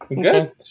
Good